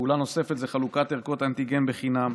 פעולה נוספת היא חלוקת ערכות אנטיגן בחינם: